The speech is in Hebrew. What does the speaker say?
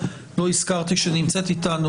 לא הזכרתי שנמצאת איתנו